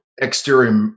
exterior